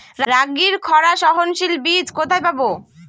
রাগির খরা সহনশীল বীজ কোথায় পাবো?